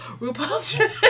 RuPaul's